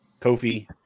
Kofi